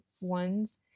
ones